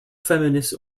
feminist